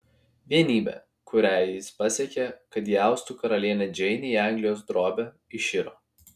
vienybė kurią jis pasiekė kad įaustų karalienę džeinę į anglijos drobę iširo